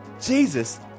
Jesus